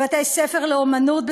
בבתי-ספר לאמנות,